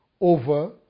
over